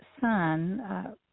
son